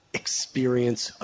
experience